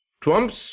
Trump's